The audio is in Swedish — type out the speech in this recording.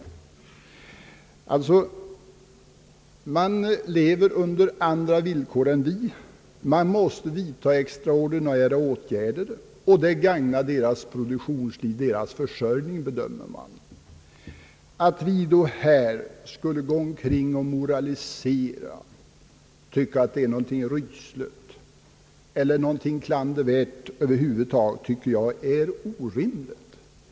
I Polen lever man således under andra villkor än vi. Man måste vidta extraordinära åtgärder, ty dessa gagnar deras produktionsliv och försörjning. Att vi skulle gå omkring och moralisera och tycka att de beter sig rysligt eller klandervärt tycker jag är orimligt.